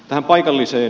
tähän paikalliseen